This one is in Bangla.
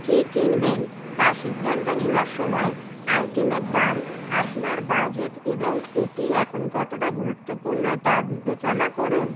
কি কিনবেন তা সিদ্ধান্ত নেওয়ার সময় আইটেমের দাম আপনার বাজেট এবং এটি এখন কতটা গুরুত্বপূর্ণ তা বিবেচনা করুন